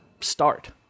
start